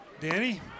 Danny